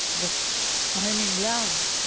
but i'm in love,